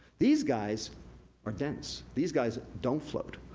these guys are dense. these guys don't float.